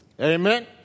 Amen